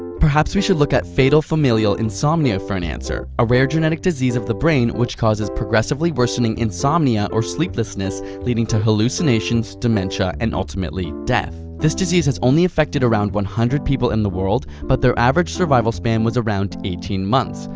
perhaps you should look at fatal familial insomnia for an answer, a rare genetic disease of the brain which causes progressively worsening insomnia or sleeplessness leading to hallucinations, dementia and ultimately, death. this disease has only affected around one hundred people in the world, but their average survival span was around eighteen months.